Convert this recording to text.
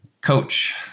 Coach